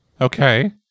Okay